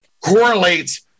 correlates